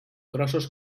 grossos